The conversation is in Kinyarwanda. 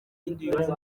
ibibazo